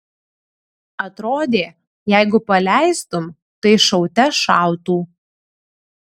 atrodė jeigu paleistum tai šaute šautų